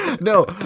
no